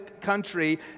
country